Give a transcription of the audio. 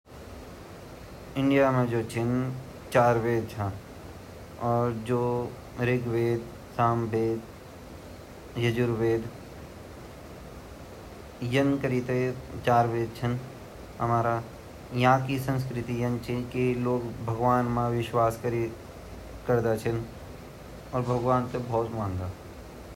भारत देश जु छिन सब देशु मा सबसे ऊचू ची येगी जु संस्कृति ची उ सबसे अछि ची अर सब देश येते सलूट कन अर एमा सबसे बड़ी योक कहावत ची की वासुदेव कुटुम्बकम कि यू सबते एक सामान समझन सारा जु धरम छीन येमा सबसे बड़ी या खासियत छिन ता सारा देश येते सलूट कन।